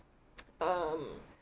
um